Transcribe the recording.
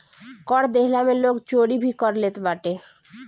कर देहला में लोग चोरी भी कर लेत बाटे